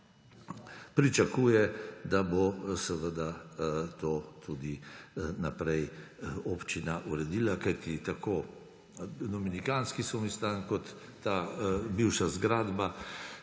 pričakuje, da bo seveda to tudi naprej občina uredila, kajti tako dominikanski samostan kot ta bivša zgradba